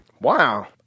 Wow